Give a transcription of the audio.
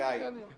תזכיר לי, בסדר.